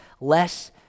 less